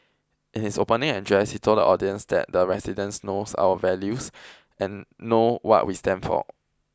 in his opening address he told the audience that the residents knows our values and know what we stand for